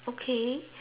okay